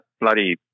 bloody